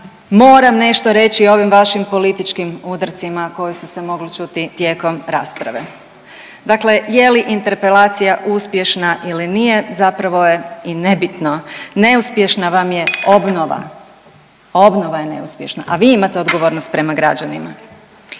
moram nešto reći o ovim vašim političkim udarcima koji su se mogli čuti tijekom rasprave. Dakle, je li interpelacija uspješna ili nije zapravo je i nebitno. Neuspješna vam je obnova. Obnova je neuspješna, a vi imate odgovornost prema građanima.